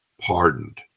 pardoned